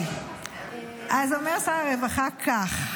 אז שר הרווחה אומר כך: